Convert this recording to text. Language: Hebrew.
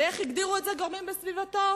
ואיך הגדירו את זה גורמים בסביבתו?